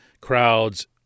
crowds